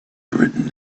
written